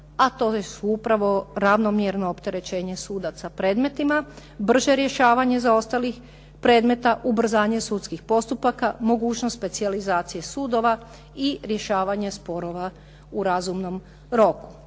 a to su upravo ravnomjerno opterećenje sudaca predmetima, brže rješavanje zaostalih predmeta, ubrzanje sudskih postupaka, mogućnost specijalizacije sudova i rješavanje sporova u razumnom roku.